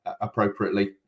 appropriately